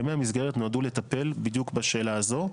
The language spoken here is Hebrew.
הסכמי המסגרת נועדו לטפל בדיוק בשאלה הזו.